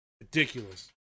ridiculous